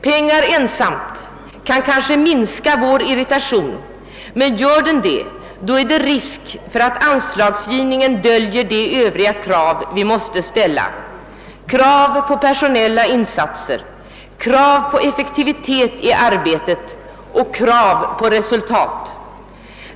Pengar ensamt kan kanske minska vår irritation, men gör de detta är det risk för att anslagsgivningen döljer de övriga krav vi måste ställa: krav på personella insatser, krav på effektivitet i arbetet och krav på resultat.